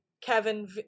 Kevin